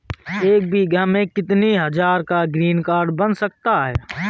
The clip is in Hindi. एक बीघा में कितनी हज़ार का ग्रीनकार्ड बन जाता है?